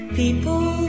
people